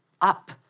up